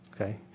Okay